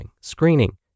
screening